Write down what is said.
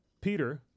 Peter